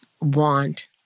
want